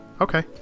Okay